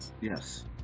Yes